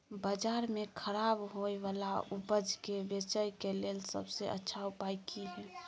बाजार में खराब होय वाला उपज के बेचय के लेल सबसे अच्छा उपाय की हय?